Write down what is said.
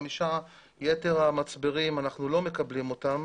יתר המצברים, אנחנו לא מקבלים אותם